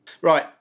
Right